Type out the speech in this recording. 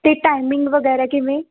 ਅਤੇ ਟਾਈਮਿੰਗ ਵਗੈਰਾ ਕਿਵੇਂ